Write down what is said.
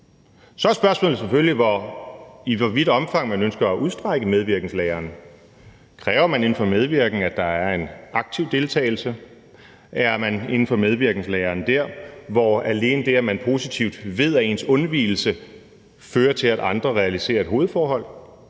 Så er spørgsmålet selvfølgelig, i hvor vidt et omfang man ønsker at udstrække medvirkenslæren: Kræver man inden for medvirken, at der er en aktiv deltagelse? Er man inden for medvirkenslæren der, hvor det alene er det, at man positivt ved, at ens undvigelse fører til, at andre realiserer et hovedforhold?